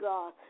God